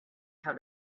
how